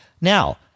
Now